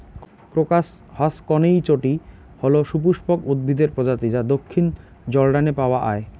crocus haussknechtii হল সপুষ্পক উদ্ভিদের প্রজাতি যা দক্ষিণ জর্ডানে পাওয়া য়ায়